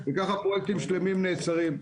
וככה פרויקטים שלמים נעצרים.